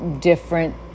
different